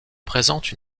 présentent